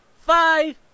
five